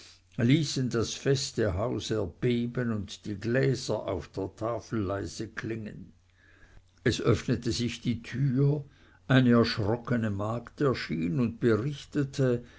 ließen das feste haus erbeben und die gläser auf der tafel leise klingen es öffnete sich die tür eine erschrockene magd erschien und berichtete